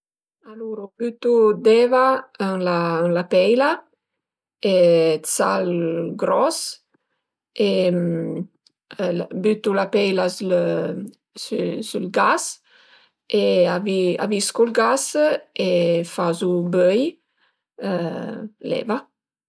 Alura bütu d'eva ën la peila e d'sal gros e bütu la peila s'lë sü ël gas e aviscu ël gas e fazu böi l'eva